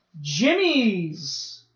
Jimmy's